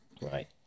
Right